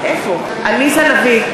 (קוראת בשמות חברי הכנסת) עליזה לביא,